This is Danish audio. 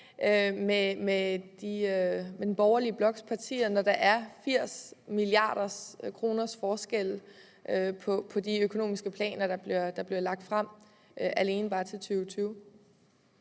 med den borgerlige bloks partier, når der er 80 mia. kr. til forskel på de økonomiske planer, der bliver lagt frem, alene til 2020?